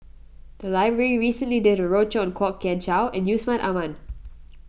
the library recently did a roadshow on Kwok Kian Chow and Yusman Aman